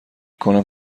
کنم